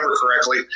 correctly